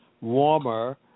warmer